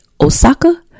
Osaka